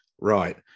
Right